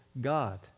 God